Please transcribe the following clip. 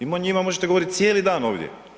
I njima možete govoriti cijeli dan ovdje.